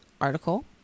article